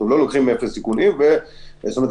גם אם